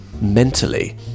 Mentally